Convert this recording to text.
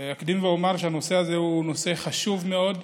אקדים ואומר שהנושא הזה הוא נושא חשוב מאוד.